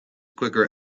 quicker